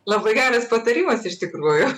labai geras patarimas iš tikrųjų